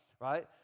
right